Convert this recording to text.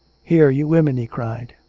here! you women! he cried.